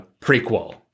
prequel